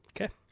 okay